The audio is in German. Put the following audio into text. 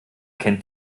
kennt